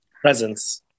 presence